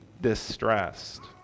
distressed